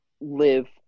live